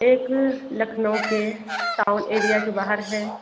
एक लखनऊ के town area के बाहर हैं